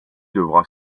devra